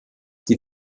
die